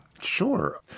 Sure